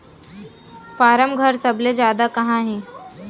form घर सबले जादा कहां हे